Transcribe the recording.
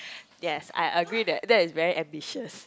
yes I agree that that is very ambitious